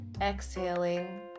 exhaling